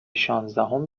شانزدهم